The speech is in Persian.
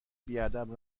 بیادب